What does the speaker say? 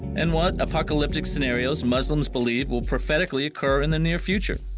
and what ah scenarios muslims believe will prophetically occur in the near future.